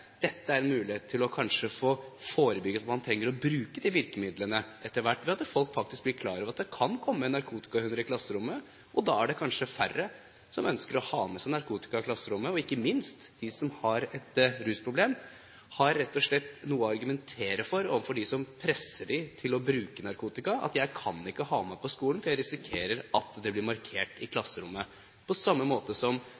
kanskje man trenger å bruke disse virkemidlene etter hvert slik at folk faktisk blir klar over at det kan komme narkotikahunder i klasserommet. Da er det kanskje færre som ønsker å ha med seg narkotika i klasserommet. Og ikke minst – de som har et rusproblem, har rett og slett noe å argumentere med overfor dem som presser dem til å bruke narkotika: Jeg kan ikke ha det med meg på skolen, fordi jeg risikerer at det blir markert i